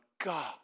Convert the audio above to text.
God